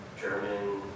German